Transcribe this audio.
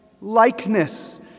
likeness